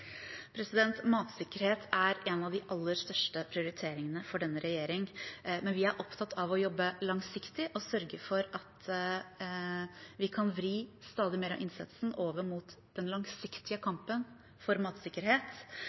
Matsikkerhet er en av de aller største prioriteringene for denne regjeringen, men vi er opptatt av å jobbe langsiktig og sørge for at vi kan vri stadig mer av innsatsen over mot den langsiktige kampen for matsikkerhet.